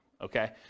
okay